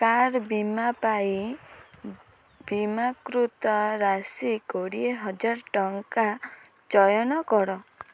car ବୀମା ପାଇଁ ବୀମାକୃତ ରାଶି କୋଡ଼ିଏ ହଜାର ଟଙ୍କା ଚୟନ କର